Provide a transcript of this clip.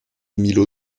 milo